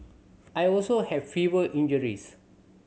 I also have fewer injuries